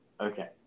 Okay